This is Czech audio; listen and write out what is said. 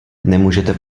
nemůžete